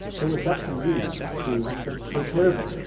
it was up to you to to take care of it.